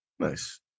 nice